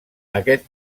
aquest